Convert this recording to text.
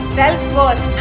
self-worth